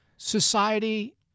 Society